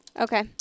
Okay